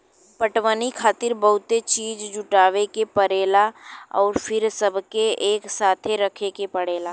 पटवनी खातिर बहुते चीज़ जुटावे के परेला अउर फिर सबके एकसाथे रखे के पड़ेला